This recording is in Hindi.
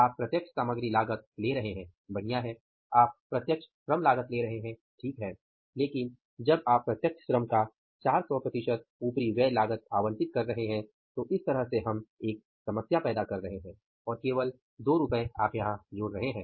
आप प्रत्यक्ष सामग्री लागत ले रहे हैं बढ़िया है आप प्रत्यक्ष श्रम लागत ले रहे हैं ठीक है लेकिन जब आप प्रत्यक्ष श्रम का 400 प्रतिशत उपरिव्यय लागत आवंटित कर रहे हैं तो इस तरह से हम एक समस्या पैदा कर रहे हैं और केवल 2 रु आप यहां जोड़ रहे हैं